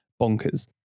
bonkers